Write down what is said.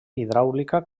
hidràulica